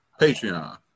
Patreon